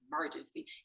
emergency